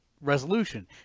resolution